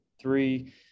three